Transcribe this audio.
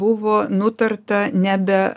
buvo nutarta nebe